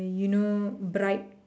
you know bright